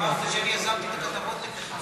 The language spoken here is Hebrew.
לא, כי אתה אמרת שאני יזמתי את הכתבות נגדך.